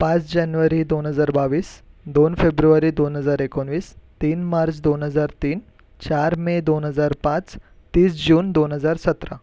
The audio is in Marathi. पाच जानेवारी दोन हजार बावीस दोन फेब्रुवारी दोन हजार एकोणवीस तीन मार्च दोन हजार तीन चार मे दोन हजार पाच तीस जून दोन हजार सतरा